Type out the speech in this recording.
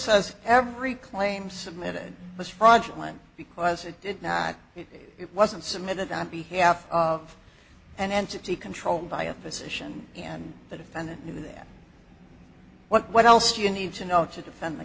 has every claim submitted was fraudulent because it did not it wasn't submitted on behalf of an entity controlled by a physician and the defendant knew that what else do you need to know to defend